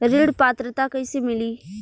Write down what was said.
ऋण पात्रता कइसे मिली?